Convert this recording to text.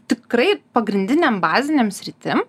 tikrai pagrindinėm bazinėm sritim